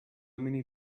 many